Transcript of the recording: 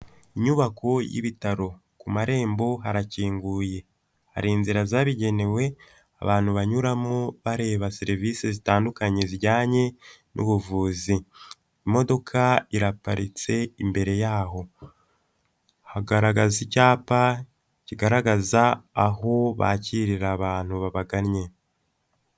Inyubako y'ibitaro, ku marembo harakinguye, hari inzira zabugenewe abantu banyuramo bareba serivisi zitandukanye zijyanye n'ubuvuzi, imodoka iraparitse imbere yaho, hagaragaza icyapa kigaragaza aho abakirira abantu babagannye.